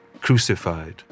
crucified